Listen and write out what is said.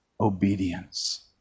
obedience